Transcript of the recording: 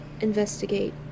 investigate